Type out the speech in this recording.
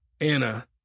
Anna